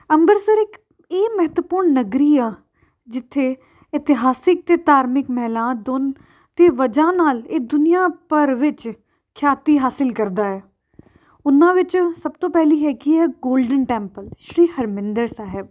ਅੰਮ੍ਰਿਤਸਰ ਇੱਕ ਇਹ ਮਹੱਤਵਪੂਰਨ ਨਗਰੀ ਆ ਜਿੱਥੇ ਇਤਿਹਾਸਿਕ ਅਤੇ ਧਾਰਮਿਕ ਅਤੇ ਵਜ੍ਹਾ ਨਾਲ ਇਹ ਦੁਨੀਆਂ ਭਰ ਵਿੱਚ ਹਾਸਿਲ ਕਰਦਾ ਹੈ ਉਹਨਾਂ ਵਿੱਚ ਸਭ ਤੋਂ ਪਹਿਲੀ ਹੈਗੀ ਏ ਗੋਲਡਨ ਟੈਂਪਲ ਸ਼੍ਰੀ ਹਰਮਿੰਦਰ ਸਾਹਿਬ